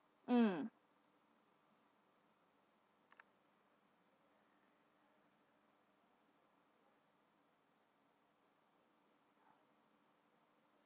mm